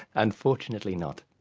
unfortunately not.